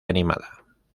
animada